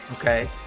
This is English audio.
okay